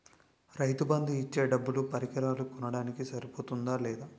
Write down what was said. రైతు బందు ఇచ్చే డబ్బులు పరికరాలు కొనడానికి సరిపోతుందా లేదా?